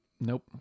Nope